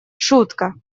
шутка